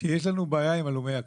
שיש לנו בעיה עם הלומי הקרב.